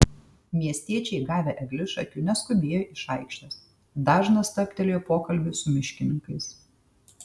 miestiečiai gavę eglišakių neskubėjo iš aikštės dažnas stabtelėjo pokalbiui su miškininkais